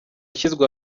video